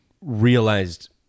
realized